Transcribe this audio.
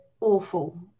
awful